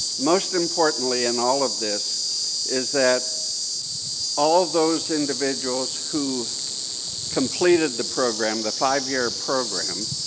most importantly in all of this is that all those individuals who completed the program, the five-year program,